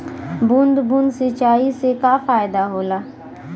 बूंद बूंद सिंचाई से का फायदा होला?